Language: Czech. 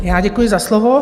Já děkuji za slovo.